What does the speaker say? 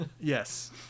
Yes